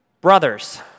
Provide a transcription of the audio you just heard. Brothers